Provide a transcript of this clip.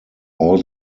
all